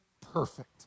perfect